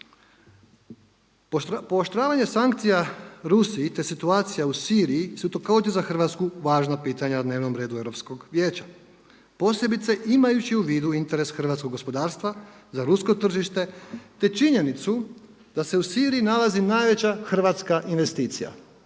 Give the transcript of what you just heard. Pooštravanje sankcija Rusiji, te situacija u Siriji su također za Hrvatsku važna pitanja na dnevnom redu Europskog vijeća posebice imajući u vidu interes hrvatskog gospodarstva za rusko tržište, te činjenicu da se u Siriji nalazi najveća hrvatska investicija